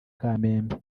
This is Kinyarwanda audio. kamembe